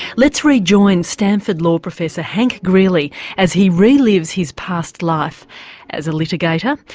let's rejoin stanford law professor henry greely as he relives his past life as a litigator,